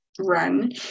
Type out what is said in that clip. run